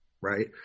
right